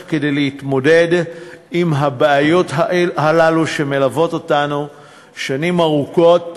כדי להתמודד עם הבעיות הללו שמלוות אותנו שנים ארוכות,